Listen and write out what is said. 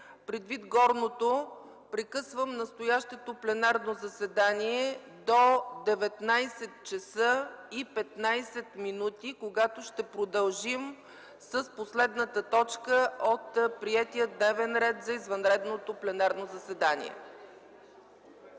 Предвид горното прекъсвам настоящото пленарно заседание до 19,15 ч., когато ще продължим с последната точка от приетия дневен ред за извънредното пленарно заседание.